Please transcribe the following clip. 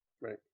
right